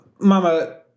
Mama